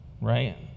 right